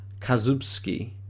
Kazubski